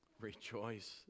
Rejoice